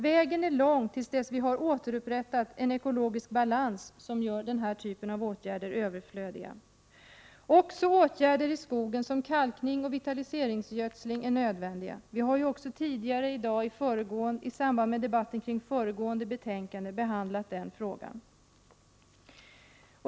Vägen är lång till dess vi har återupprättat en ekologisk balans som gör åtgärder av den typen överflödiga. Också åtgärder i skogen som kalkning och vitaliseringsgödsling är nödvändiga. Vi har tidigare i dag i samband med debatten kring föregående betänkande behandlat den frågan.